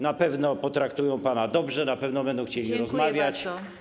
Na pewno potraktują pana dobrze, na pewno będą chcieli rozmawiać.